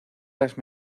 las